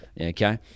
okay